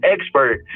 expert